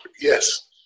Yes